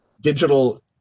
digital